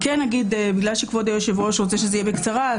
בגלל שכבוד היושב-ראש רוצה שזה יהיה בקצרה,